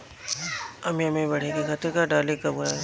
आमिया मैं बढ़े के खातिर का डाली कब कब डाली?